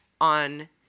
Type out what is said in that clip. on